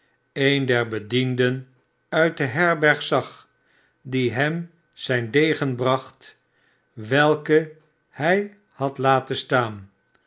een der bedienden uit de herberg zag die hem zijn degen bracht welken hij had laten staan